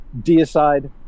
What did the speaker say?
deicide